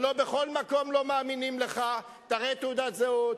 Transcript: הלוא בכל מקום לא מאמינים לך: תראה תעודת זהות,